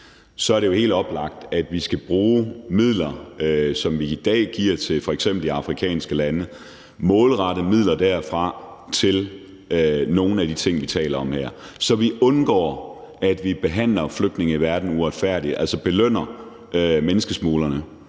så er helt oplagt, at vi skal bruge midler, som vi i dag giver til f.eks. de afrikanske lande, til nogle af de ting, vi her taler om, altså målrette dem til det, så vi undgår, at vi behandler flygtninge i verden uretfærdigt, altså belønner menneskesmuglerne.